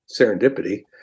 serendipity